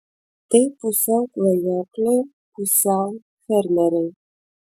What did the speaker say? tai pusiau klajokliai pusiau fermeriai